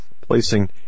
placing